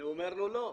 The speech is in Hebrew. אני אומר לו לא.